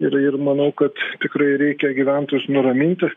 ir ir manau kad tikrai reikia gyventojus nuraminti